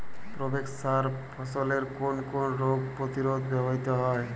Provex সার ফসলের কোন কোন রোগ প্রতিরোধে ব্যবহৃত হয়?